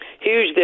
Huge